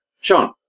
Sean